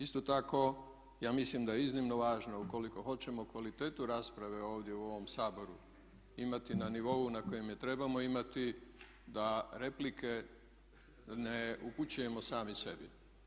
Isto tako ja mislim da je iznimno važno ukoliko hoćemo kvalitetu rasprave ovdje u ovom Saboru imati na nivou na kojem je trebamo imati da replike ne upućujemo sami sebi.